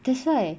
that's why